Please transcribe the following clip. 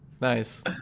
Nice